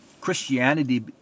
Christianity